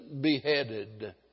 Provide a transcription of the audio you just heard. beheaded